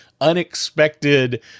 unexpected